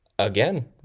Again